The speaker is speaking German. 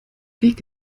weg